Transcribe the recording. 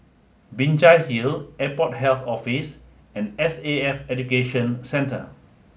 Binjai Hill Airport Health Office and S A F Education Centre